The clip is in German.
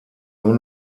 nur